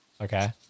Okay